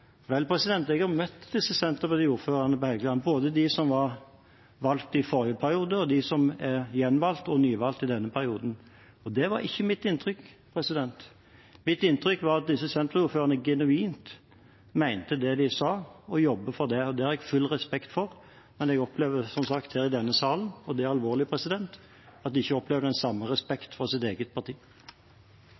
Vel, jeg har møtt disse Senterparti-ordførerne på Helgeland, både dem som var valgt i forrige periode, og dem som er gjenvalgt og nyvalgt i denne perioden, og det var ikke mitt inntrykk. Mitt inntrykk var at disse Senterparti-ordførerne genuint mente det de sa, og jobbet for det. Det har jeg full respekt for, men jeg opplever som sagt her i denne salen, og det er alvorlig, at de ikke opplever den samme respekten fra sitt eget parti.